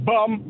Bum